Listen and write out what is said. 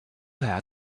had